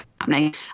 happening